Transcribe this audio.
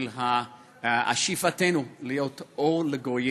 של שאיפתנו להיות אור לגויים.